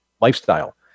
lifestyle